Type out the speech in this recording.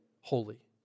holy